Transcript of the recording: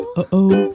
uh-oh